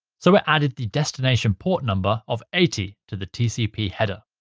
so it added the destination port number of eighty to the tcp header